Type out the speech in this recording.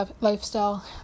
lifestyle